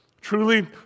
Truly